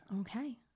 Okay